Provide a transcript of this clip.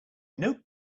nope